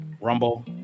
rumble